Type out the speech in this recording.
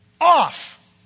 off